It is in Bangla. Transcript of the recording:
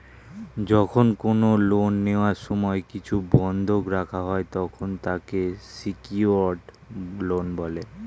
যখন কোন লোন নেওয়ার সময় কিছু বন্ধক রাখা হয়, তখন তাকে সিকিওরড লোন বলে